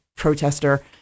Protester